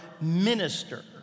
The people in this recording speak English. minister